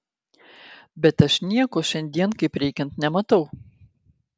bet aš nieko šiandien kaip reikiant nematau